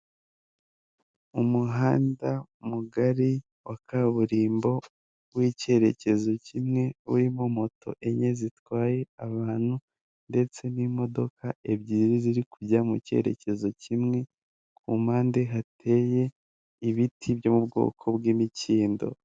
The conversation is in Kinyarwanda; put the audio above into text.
Umuhanda mugari wa kaburimbo w'icyerekezo kimwe urimo moto enye zitwaye abantu ndetse n'imodoka ebyiri ziri kujya mu cyerekezo kimwe ku mpande hateye ibiti byo mu bwoko bw'imikindo .